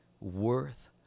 worth